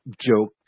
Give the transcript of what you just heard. joke